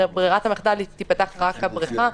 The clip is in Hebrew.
ברירת המחדל שייפתחו רק הבריכה,